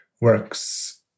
works